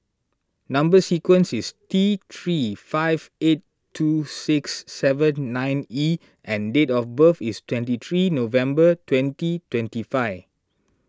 Number Sequence is T three five eight two six seven nine E and date of birth is twenty three November twenty twenty five